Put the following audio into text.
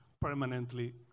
permanently